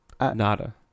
nada